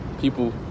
People